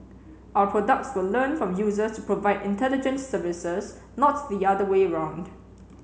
our products will learn from users to provide intelligent services not the other way around